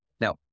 Now